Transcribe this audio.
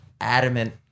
adamant